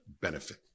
benefit